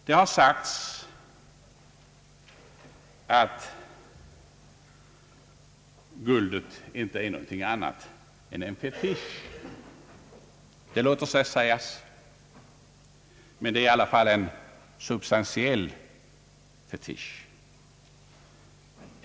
Det har sagts att guldet inte är någonting annat än en fetisch. Det låter sig sägas, men det är i alla fall en substantiell fetisch.